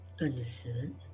Understood